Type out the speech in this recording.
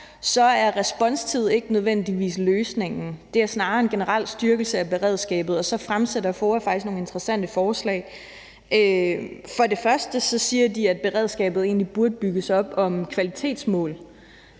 er responstid ikke nødvendigvis løsningen; det er snarere en generel styrkelse af beredskabet. Her fremsætter FOA faktisk nogle interessante forslag, bl.a. siger de, at beredskabet egentlig burde bygges op om kvalitetsmål,